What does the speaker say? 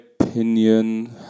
opinion